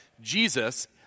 Jesus